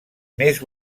més